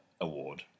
Award